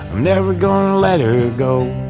never gonna let her go